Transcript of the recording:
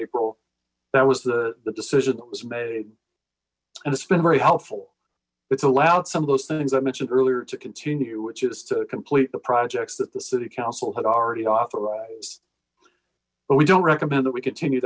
apil that was the decision that was made and it's been very helpful it's allowed some of those things i mentioned earlier to continue which is to complete the projects that the city council had already authorized but we don't recommend that we continue